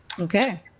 Okay